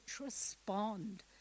respond